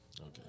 Okay